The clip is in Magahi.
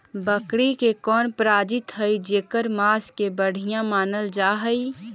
बकरी के कौन प्रजाति हई जेकर मांस के बढ़िया मानल जा हई?